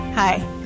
Hi